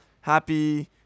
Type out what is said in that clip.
Happy